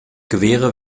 gewehre